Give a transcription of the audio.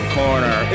corner